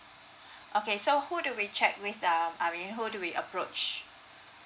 okay so who do we check with err I mean who do we approach